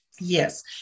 Yes